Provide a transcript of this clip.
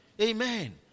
Amen